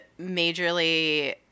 majorly